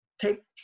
Take